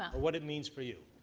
what it means for you?